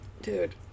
dude